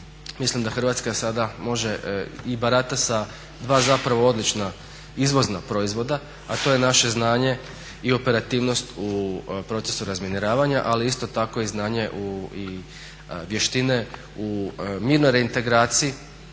mislim da Hrvatska sada može i barata sa 2 zapravo odlična izvozna proizvoda a to je naše znanje i operativnost u procesu razminiravanja ali isto tako i znanje i vještine u mirnoj reintegraciji